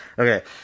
Okay